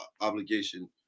obligation